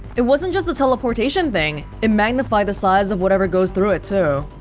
it wasn't just the teleportation thing it magnified the size of whatever goes through it, too